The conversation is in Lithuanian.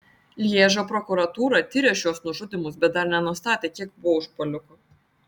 lježo prokuratūra tiria šiuos nužudymus bet dar nenustatė kiek buvo užpuolikų